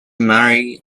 mary